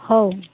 ହଉ